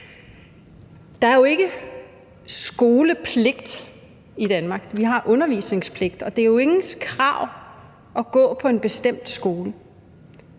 Der er jo ikke skolepligt i Danmark. Vi har undervisningspligt, og ingen har jo krav på at gå på en bestemt skole.